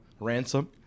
ransom